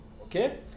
Okay